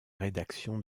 rédaction